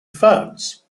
ferns